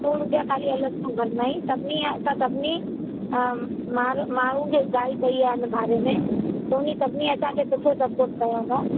सौ रुपिया ख़ाली अलॻि सां भरिणा आहिनि सभिनी खां असां सभिनी माण्हुनि खे ॻाल्हि कई आहे हिन बारे में हुननि सभिनी असांखे सुठो सपोर्ट कयो अथऊं